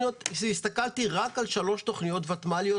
הסתכלתי רק על שלוש תכניות ותמ"ליות.